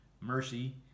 mercy